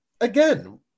again